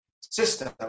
system